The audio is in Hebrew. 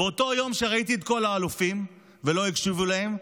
באותו יום שראיתי את כל האלופים ולא הקשיבו להם,